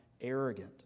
arrogant